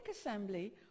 assembly